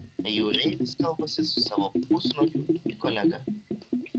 jūreivis kalbasi su savo pusnuogiu kolega